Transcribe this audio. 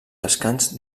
descans